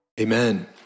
Amen